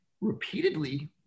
repeatedly